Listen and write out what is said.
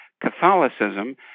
Catholicism